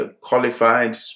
qualified